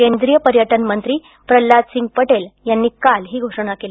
केंद्रीय पर्यटन मंत्री प्रल्हाद सिंग पटेल यांनी काल ही घोषणा केली